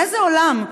באיזה עולם,